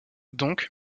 donc